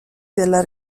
della